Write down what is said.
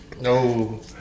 no